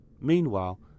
Meanwhile